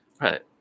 right